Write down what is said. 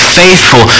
faithful